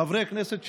חברי הכנסת.